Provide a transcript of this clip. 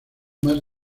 más